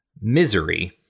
Misery